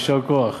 יישר כוח.